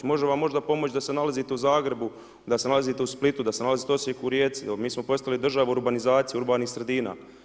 Može vam možda pomoći da se nalazite u Zagrebu, da se nalazite u Splitu da se nalazite u Osijeku, Rijeci, mi smo postavili državu urbanizaciju, urbanih sredina.